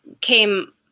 came